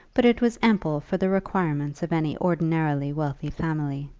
but it was ample for the requirements of any ordinarily wealthy family.